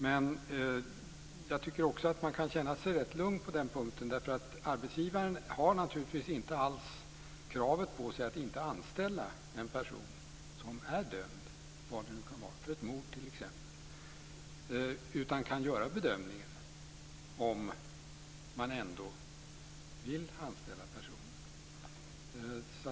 Men jag tycker också att man kan känna sig rätt lugn på den punkten. Arbetsgivaren har naturligtvis inte alls kravet på sig att inte anställa en person som är dömd för vad det nu kan vara, t.ex. ett mord, utan kan göra bedömningen om man ändå vill anställa personen.